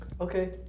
Okay